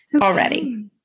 already